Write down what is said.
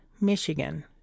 Michigan